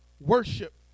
Worship